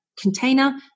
container